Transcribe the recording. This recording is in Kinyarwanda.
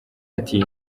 ati